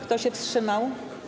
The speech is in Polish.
Kto się wstrzymał?